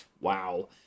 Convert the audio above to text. wow